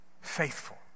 faithful